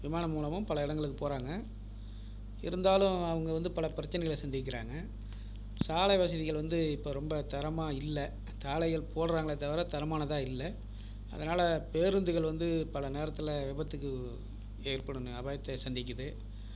விமானம் மூலமும் பல இடங்களுக்கு போகிறாங்க இருந்தாலும் அவங்க வந்து பல பிரச்சினைகளை சந்திக்கிறாங்க சாலை வசதிகள் வந்து இப்போ ரொம்ப தரமாக இல்லை சாலைகள் போடுறாங்களே தவிர தரமானதாக இல்லை அதனால் பேருந்துகள் வந்து பல நேரத்தில் விபத்துக்கு ஏற்படும் அபாயத்தை சந்திக்குது